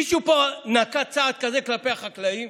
מישהו פה נקט צעד כזה כלפי החקלאים?